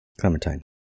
Clementine